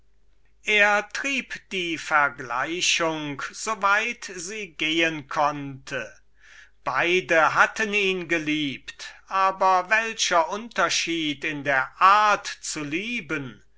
er trieb die vergleichung so weit sie gehen konnte beide hatten ihn geliebt aber welch ein unterschied in der art zu lieben